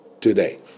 today